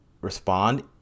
respond